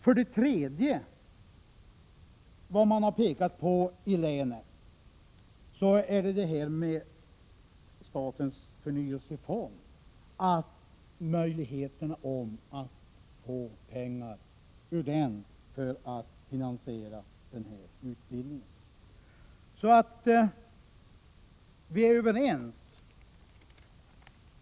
För det tredje: I länet har man hänvisat till statens förnyelsefond och möjligheterna att ur den få pengar till att finansiera utbildningen.